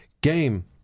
game